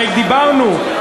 הרי דיברנו.